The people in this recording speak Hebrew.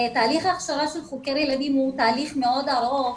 תהליך הכשרה של חוקר ילדים הוא תהליך מאוד ארוך,